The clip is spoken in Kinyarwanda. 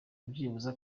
byibuze